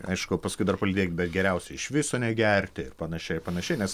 aišku paskui dar palydėk bet geriausia iš viso negerti ir panašiai ir panašiai nes